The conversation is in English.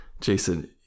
Jason